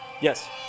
Yes